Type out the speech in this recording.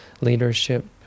leadership